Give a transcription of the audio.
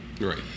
right